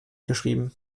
geschrieben